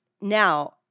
now